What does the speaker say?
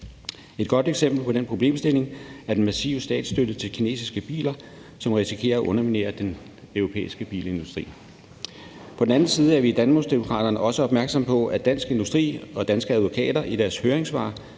Et godt eksempel på den problemstilling er den massive statsstøtte til kinesiske biler, som risikerer at underminere den europæiske bilindustri. På den anden side er vi i Danmarksdemokraterne også opmærksomme på, at Dansk Industri og Danske Advokater i deres høringssvar